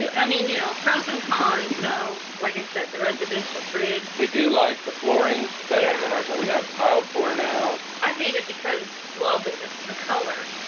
i mean, you know pros and cons though like i said the residential fridge we do like the flooring better than our top we have tile pour now i hate it because well but it's the color.